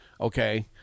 okay